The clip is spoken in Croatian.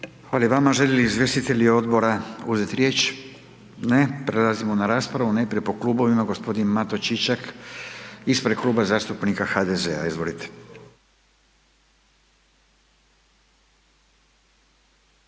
Hvala i vama. Žele li izvjestitelji odbora uzeti riječ? Ne, prelazimo na raspravu najprije po klubovima, g. Mato Čičak ispred Kluba zastupnika HDZ-a, izvolite.